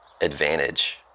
advantage